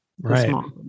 right